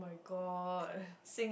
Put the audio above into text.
god